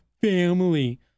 family